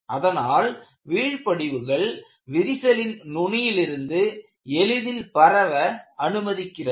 அதனால் வீழ்ப்படிவுகள் விரிசலின் நுனியிலிருந்து எளிதில் பரவ அனுமதிக்கிறது